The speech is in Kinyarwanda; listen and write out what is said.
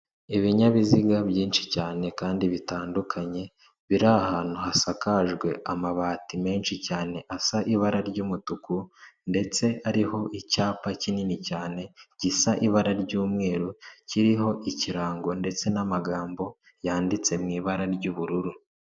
Ibinyabiziga byinshi cyane kandi bitandukanye biri ahantu hasakajwe amabati menshi cyane asa ibara ry'umutuku ndetse ariho icyapa kinini cyane gisa ibara ry'umweru kiriho ikirango ndetse n'amagambo yanditse mu ibara ry'ubururu.